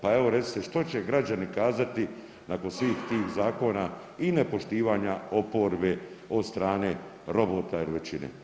Pa evo recite što će građani kazati nakon svih tih zakona i nepoštivanja oporbe od strane robota ili većine.